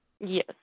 Yes